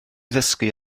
ddysgu